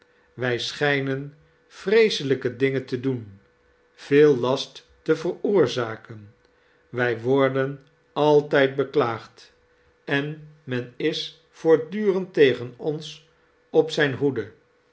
wij schijnen vreeselijke dingen te doen veel last te veroorzaken wij worden altijd beklaagd en men is voort durend tegen ons op zijne hoede